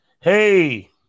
Hey